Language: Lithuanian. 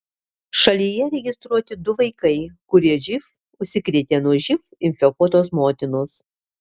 šalyje registruoti du vaikai kurie živ užsikrėtė nuo živ infekuotos motinos